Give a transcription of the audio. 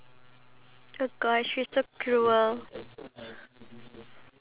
so you you see animals being shredded do you know what I see